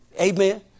Amen